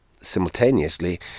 Simultaneously